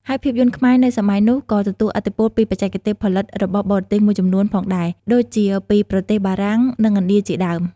ហើយភាពយន្តខ្មែរនៅសម័យនោះ ក៏ទទួលឥទ្ធិពលពីបច្ចេកទេសផលិតរបស់បរទេសមួយចំនួនផងដែរ ដូចជាពីប្រទេសបារាំង និងឥណ្ឌា ជាដើម។